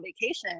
vacation